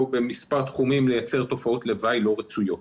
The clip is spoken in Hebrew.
במספר תחומים לייצר תופעות לוואי לא רצויות.